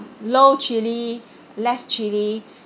low chilli less chilli